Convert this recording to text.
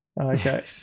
Okay